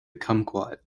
kumquat